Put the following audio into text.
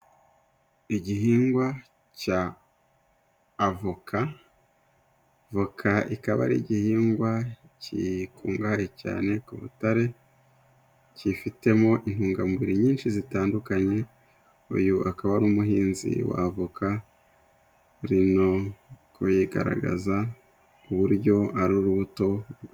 Igihingwa cya avoka, voka ikaba ari igihingwa gikungahaye cyane ku butare kifitemo intungamubiri nyinshi zitandukanye, uyu akaba ari umuhinzi wa avoka urimo kuyigaragaza ku buryo ari urubuto.